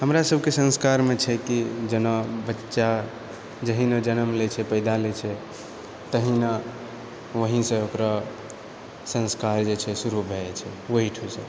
हमरा सभके संस्कारमे छै कि जेना बच्चा जहिना जन्म लैत छै पैदा लैत छै तहिना वहीँसँ ओकरा संस्कार जे छै शुरू भए जाइत छै ओहिठुसँ